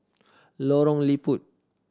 Lorong Liput